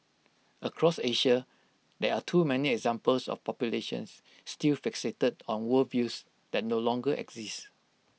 across Asia there are too many examples of populations still fixated on worldviews that no longer exist